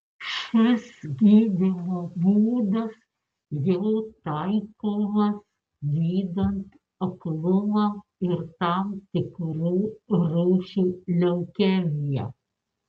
šis gydymo būdas jau taikomas gydant aklumą ir tam tikrų rūšių leukemiją